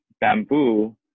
bamboo